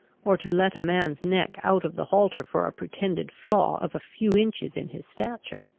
or to let a man's neck out of the halter for a pretended flaw of a few inches in his stature.